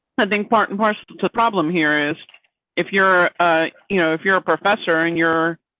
i think part and parcel problem here is if you're you know if you're a professor and your.